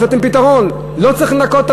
מצאתם פתרון: לא צריך לנקות את